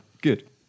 Good